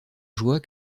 joie